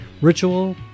Ritual